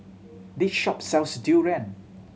this shop sells durian